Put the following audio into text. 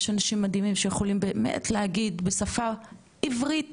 יש אנשים מדהימים שיכולים באמת להגיד בשפה עברית